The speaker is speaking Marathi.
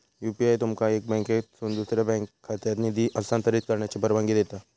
यू.पी.आय तुमका एका बँक खात्यातसून दुसऱ्यो बँक खात्यात निधी हस्तांतरित करण्याची परवानगी देता